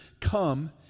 come